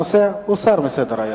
הנושא הוסר מסדר-היום.